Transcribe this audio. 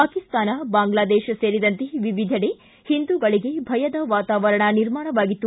ಪಾಕಿಸ್ತಾನ ಬಾಂಗ್ಲಾದೇಶ ಸೇರಿದಂತೆ ವಿವಿಧೆಡೆ ಹಿಂದೂಗಳಿಗೆ ಭಯದ ವಾತಾವರಣ ನಿರ್ಮಾಣವಾಗಿತ್ತು